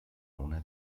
una